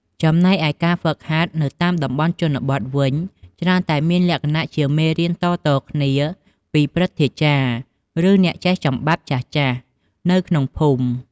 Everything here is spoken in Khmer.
ចំណែកឯការហ្វឹកហាត់នៅតាមជនបទវិញ ច្រើនតែមានលក្ខណៈ ជាមេរៀនតៗគ្នាពីព្រឹទ្ធាចារ្យ ឬអ្នកចេះចំបាប់ចាស់ៗ នៅក្នុងភូមិ។